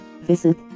visit